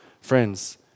Friends